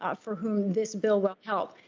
ah for whom this bill will help.